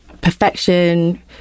perfection